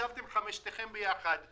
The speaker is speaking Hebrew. ישבתם חמשתכם ביחד,